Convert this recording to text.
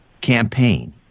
campaign